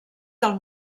del